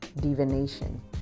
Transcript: divination